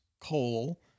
coal